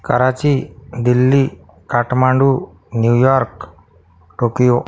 Karachi Delhi Kathmandu New York Tokyo